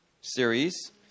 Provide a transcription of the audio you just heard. series